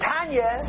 Tanya